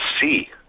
see